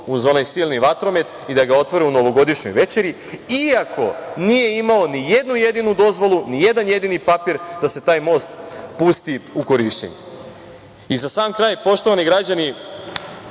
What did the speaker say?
uz onaj silni vatromet i da ga otvore u novogodišnjoj večeri, iako nije imao nijednu jedinu dozvolu, nijedan jedini papir da se taj most pusti u korišćenje.I za sam kraj, poštovani građani